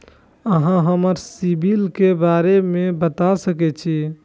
अहाँ हमरा सिबिल के बारे में बता सके छी?